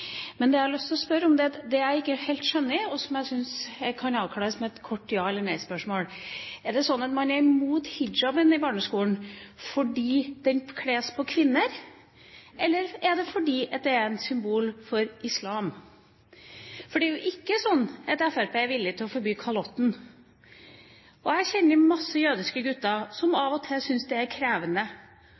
Men det jeg har lyst til å spørre om, det som jeg ikke helt skjønner, og det som jeg syns kan avklares med et kort ja- eller nei-svar, er: Er det slik at man er imot hijab i barneskolen fordi den kles på kvinner? Eller er det fordi den er et symbol for islam? For det er jo ikke slik at Fremskrittspartiet er villig til å forby kalotten. Jeg kjenner mange jødiske gutter som av og til syns det er krevende